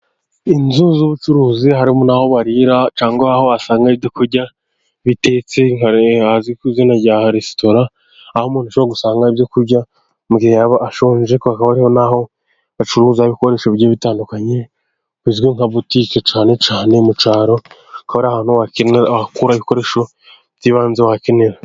inzu z'ubucuruzi harimo n'aho warira cyangwa aho usanga hari ibyo kurya bitetse hazwi ku izina rya resitora, aho umuntu ashobora gusanga ibyo kurya mu gihe yaba ashonje, ariko hakaba hariho n'aho bacuruza ibikoresho bitandukanye bizwi nka butike cyane cyane mu cyaro, akaba ari ahantu hakenewe wakura ibikoresho by'ibanze wakenera.